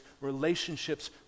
relationships